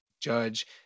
Judge